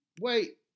Wait